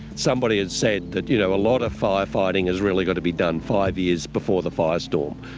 somebody has said that you know a lot of firefighting has really got to be done five years before the firestorm.